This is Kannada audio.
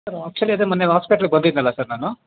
ಸರ್ ಆ್ಯಕ್ಚುಲಿ ಅದೇ ಮೊನ್ನೆ ಹಾಸ್ಪೆಟ್ಲಿಗೆ ಬಂದಿದ್ದೆನಲ್ಲ ಸರ್ ನಾನು